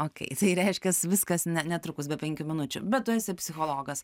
okei tai reiškias viskas netrukus be penkių minučių bet tu esi psichologas